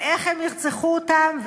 איך הם ירצחו אותם,